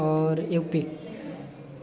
आओर यू पी